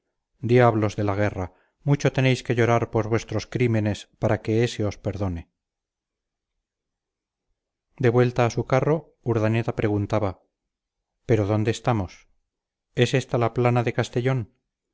diablos de la guerra mucho tenéis que llorar por vuestros crímenes para que ese os perdone de vuelta a su carro urdaneta preguntaba pero dónde estamos es esta la plana de castellón